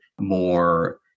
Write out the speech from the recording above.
more